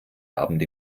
abend